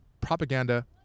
propaganda